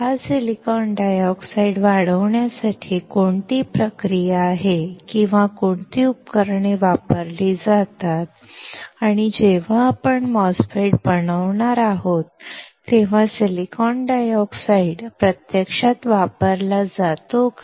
हा silicon dioxide वाढवण्यासाठी कोणती प्रक्रिया आहे किंवा कोणती उपकरणे वापरली जातात आणि जेव्हा आपण MOSFET बनवणार आहोत तेव्हा सिलिकॉन डायऑक्साइड प्रत्यक्षात वापरला जातो का